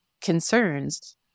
concerns